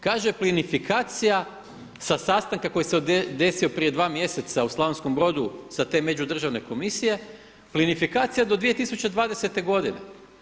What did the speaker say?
Kaže plinifikacija sa sastanka koji se desio prije dva mjeseca u Slavonskom Brodu sa te Međudržavne komisije, plinifikacija do 2020. godine.